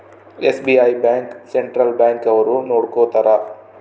SBI bank central bank ಅವ್ರು ನೊಡ್ಕೋತರ